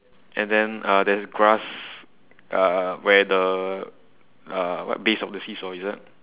and then uh there's grass uh where the uh what base of the seesaw is it